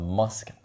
musk